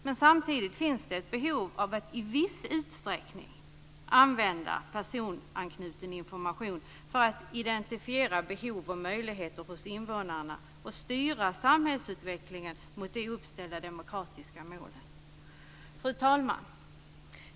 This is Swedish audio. Men samtidigt finns det ett behov av att i viss utsträckning använda personanknuten information för att identifiera behov och möjligheter hos invånarna och styra samhällsutvecklingen mot de uppställda demokratiska målen. Fru talman!